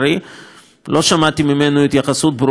לא שמעתי ממנו התייחסות ברורה לא לנאום